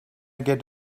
get